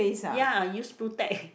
ya I use blu-tack